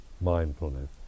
mindfulness